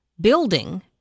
building